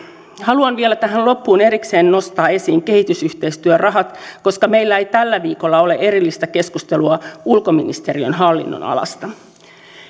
haluan vielä tähän loppuun erikseen nostaa esiin kehitysyhteistyörahat koska meillä ei tällä viikolla ole erillistä keskustelua ulkoministeriön hallinnonalasta